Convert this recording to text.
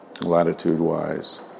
latitude-wise